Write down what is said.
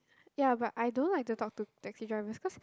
ya but I don't like to talk to taxi drivers cause